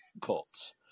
cults